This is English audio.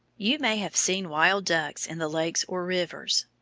you may have seen wild-ducks in the lakes or rivers.